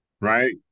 Right